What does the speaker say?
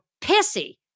pissy